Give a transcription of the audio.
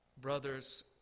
brothers